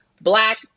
black